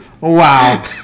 Wow